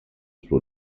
suo